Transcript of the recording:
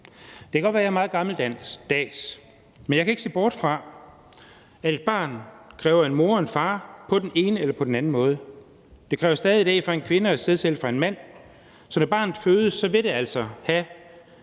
Det kan godt være, at jeg er meget gammeldags, men jeg kan ikke se bort fra, at et barn kræver en mor og en far på den ene eller på den anden måde. Det kræver stadig et æg fra en kvinde og en sædcelle fra en mand, så når barnet fødes, vil det altså have